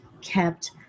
kept